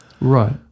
Right